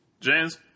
James